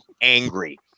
angry